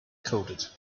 coated